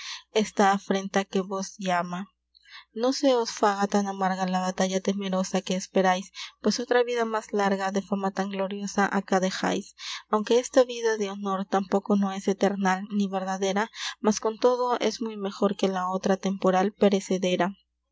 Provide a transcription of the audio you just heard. f afrenta bc os no se os faga tan amarga la batalla temerosa que esperays pues otra vida mas larga de fama tan gloriosa aca dexays aunque esta vida de honor tanpoco no es eternal ni verdadera mas con todo es muy mejor que la otra temporal perecedera